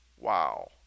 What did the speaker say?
Wow